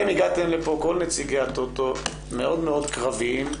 אתם הגעתם לפה כל נציג הטוטו מאוד קרביים,